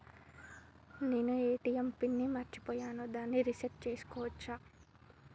నేను ATM PIN ని మరచిపోయాను దాన్ని రీ సెట్ చేసుకోవచ్చా?